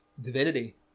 divinity